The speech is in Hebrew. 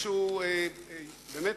שוב,